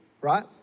Right